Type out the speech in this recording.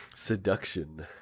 seduction